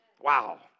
Wow